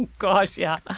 gosh, yeah.